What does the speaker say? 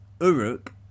Uruk